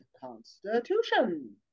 constitution